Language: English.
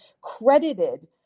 credited